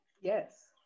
yes